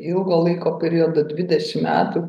ilgo laiko periodo dvidešim metų